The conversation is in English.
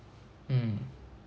mm